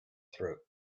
throat